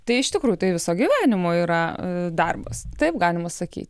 tai iš tikrųjų tai viso gyvenimo yra darbas taip galima sakyt